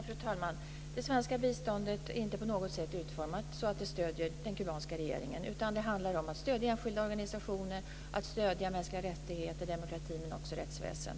Fru talman! Det svenska biståndet är inte på något sätt utformat så att det stöder den kubanska regeringen, utan det handlar om att stödja enskilda organisationer, mänskliga rättigheter, demokrati och rättsväsen.